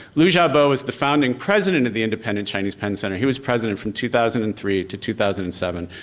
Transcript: liu xiaobo was the founding president of the independent chinese pen center. he was president from two thousand and three to two thousand and seven,